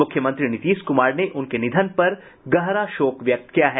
मुख्यमंत्री नीतीश कुमार ने उनके निधन पर गहरा शोक व्यक्त किया है